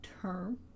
term